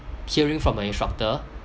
hearing from an instructor